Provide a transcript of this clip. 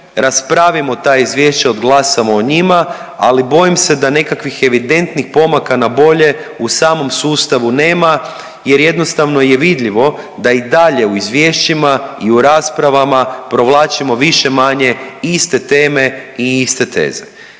raspravimo ta izvješća, odglasamo o njima, ali bojim se da nekakvih evidentnih pomaka na bolje u samom sustavu nema jer jednostavno je vidljivo da i dalje u izvješćima i u raspravama provlačimo više-manje iste teme i iste teze.